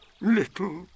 little